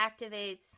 activates